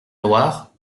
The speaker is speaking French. loire